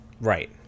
Right